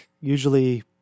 usually